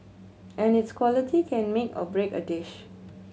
and its quality can make or break a dish